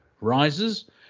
rises